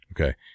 Okay